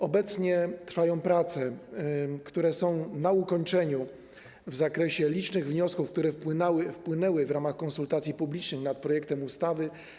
Obecnie trwają prace, które są na ukończeniu, w zakresie licznych wniosków, które wpłynęły w ramach konsultacji publicznych projektu ustawy.